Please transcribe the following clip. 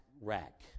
rack